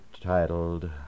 titled